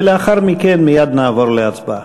ולאחר מכן מייד נעבור להצבעה.